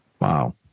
Wow